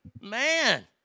Man